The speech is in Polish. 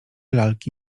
lalki